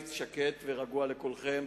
קיץ שקט ורגוע לכולכם.